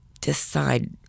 decide